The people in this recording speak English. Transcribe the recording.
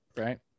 right